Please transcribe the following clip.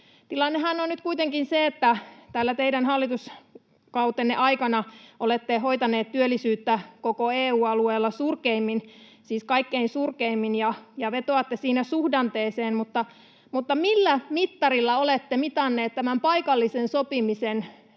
Tilannehan on nyt kuitenkin se, että tämän teidän hallituskautenne aikana olette hoitaneet työllisyyttä koko EU-alueella surkeimmin, siis kaikkein surkeimmin. Vetoatte siinä suhdanteeseen. Mutta millä mittarilla olette mitanneet tämän paikallisen sopimisen